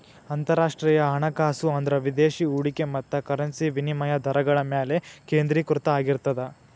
ಅಂತರರಾಷ್ಟ್ರೇಯ ಹಣಕಾಸು ಅಂದ್ರ ವಿದೇಶಿ ಹೂಡಿಕೆ ಮತ್ತ ಕರೆನ್ಸಿ ವಿನಿಮಯ ದರಗಳ ಮ್ಯಾಲೆ ಕೇಂದ್ರೇಕೃತ ಆಗಿರ್ತದ